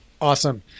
Awesome